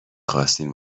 خواستین